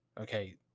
Okay